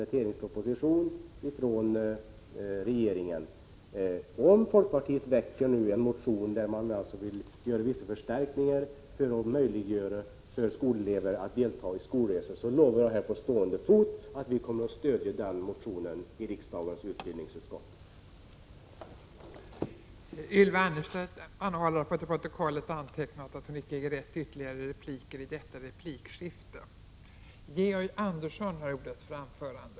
1985/86:132 folkpartiet väcker en motion med förslag om vissa förstärkningar för att 30 april 1986 möjliggöra för skolelever att delta i skolresor, lovar jag på stående fot att vi skall stödja den motionen i riksdagens utbildningsutskott.